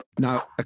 Now